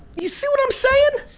you see what i'm saying